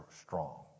strong